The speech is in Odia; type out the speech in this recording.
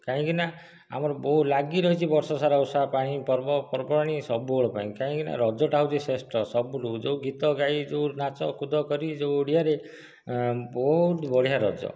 କାହିଁକିନା ଆମର ବହୁତ ଲାଗିରହିଛି ବର୍ଷସାରା ଓଷା ଓଷା ପାଣି ପର୍ବପର୍ବାଣି ସବୁବେଳ ପାଇଁ କାହିଁକିନା ରଜଟା ହେଉଛି ଶ୍ରେଷ୍ଠ ସବୁ ଯେଉଁ ଗୀତ ଗାଇ ଯେଉଁ ନାଚକୁଦ କରି ଯେଉଁ ଓଡ଼ିଆରେ ବହୁତ ବଢ଼ିଆ ରଜ